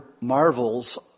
Marvel's